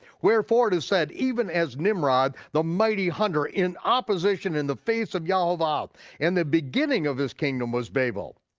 wherefore it is said, even as nimrod, the mighty hunter in opposition, in the face of yehovah, and the beginning of his kingdom was babel.